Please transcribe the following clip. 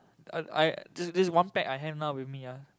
I I this this one pack I have now with me ah